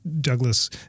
Douglas